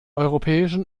europäischen